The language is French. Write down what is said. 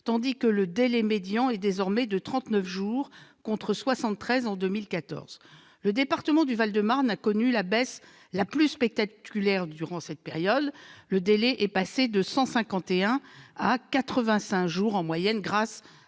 tandis que le délai médian est désormais de 39 jours contre 73 jours en 2014. Le département du Val-de-Marne a connu la baisse la plus spectaculaire durant cette période : le délai est passé de 151 jours à 85 jours en moyenne grâce à